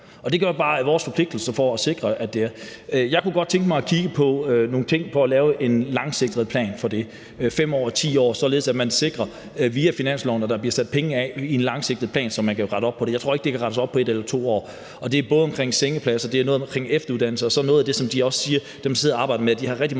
at det er vores forpligtelse at sikre det. Jeg kunne godt tænke mig at kigge på nogle ting for at lave en langsigtet plan for det – på 5 år eller 10 år – således at man via finansloven sikrer, at der bliver sat penge af til det i en langsigtet plan, så man kan rette op på det. Jeg tror ikke, der kan rettes op på det på 1 eller 2 år. Det handler om sengepladser, og det handler om efteruddannelse, og noget af det, som dem, der sidder og arbejder med det, siger, er,